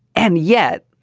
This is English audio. and yet,